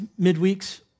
midweeks